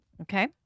Okay